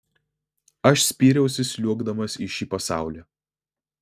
aš spyriausi sliuogdamas į šį pasaulį